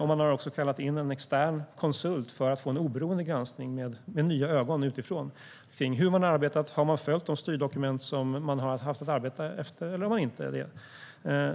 Man har också kallat in en extern konsult för att få en oberoende granskning med nya ögon av hur man arbetat. Har man följt de styrdokument som man har haft att arbeta efter, eller har man inte gjort det?